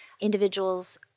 individuals